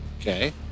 Okay